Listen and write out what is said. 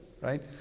right